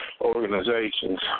organizations